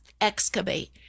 excavate